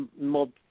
mod